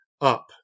up